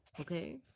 Okay